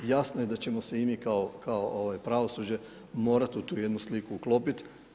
Jasno je da ćemo se i mi kao pravosuđe morati u tu jednu sliku uklopit.